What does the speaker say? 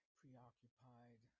preoccupied